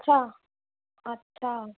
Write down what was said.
अछा अछा